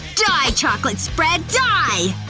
die, chocolate spread, die!